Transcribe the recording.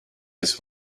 his